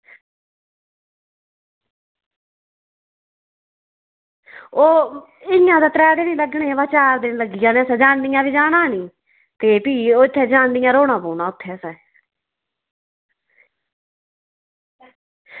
ओह् इ'यां ते त्रै दिन गै लग्गने हे बा चार दिन लग्गी जाने असें जान्नियां बी जाना नी ते भी ओह् उत्थै जान्नियै रौह्ना पौना उत्थै असें